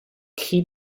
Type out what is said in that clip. cri